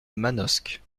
manosque